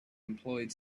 employed